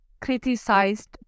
criticized